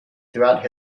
throughout